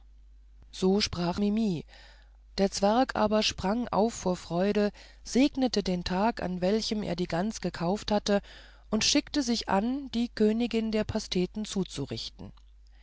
so sprach mimi der zwerg aber sprang auf vor freuden segnete den tag an welchem er die gans gekauft hatte und schickte sich an die königin der pasteten zuzurichten